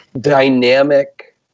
dynamic